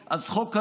צודק.